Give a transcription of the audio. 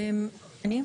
כן.